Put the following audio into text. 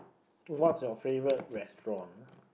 what's your favorite restaurant